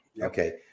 Okay